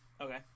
Okay